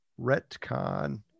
retcon